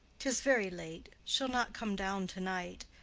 tis very late she'll not come down to-night.